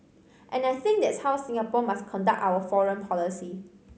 and I think that's how Singapore must conduct our foreign policy